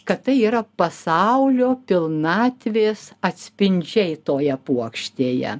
kad tai yra pasaulio pilnatvės atspindžiai toje puokštėje